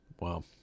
Wow